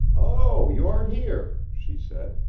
oh, you are here, she said.